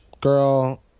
girl